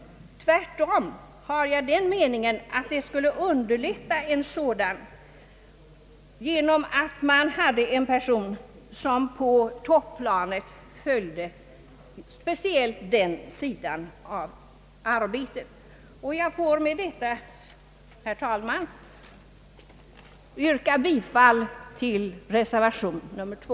Tvärtom anser jag att en sådan skulle underlättas, om man på topplanet hade en person som följde speciellt den sidan av arbetet. Jag får med det anförda, herr talman, yrka bifall till reservation 2.